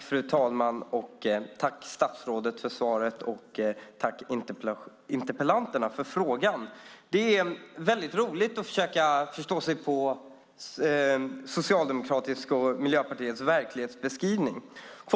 Fru talman! Jag vill tacka statsrådet för svaret och även interpellanterna för deras frågor. Det är väldigt roligt att försöka förstå sig på Socialdemokraternas och Miljöpartiets verklighetsbeskrivning.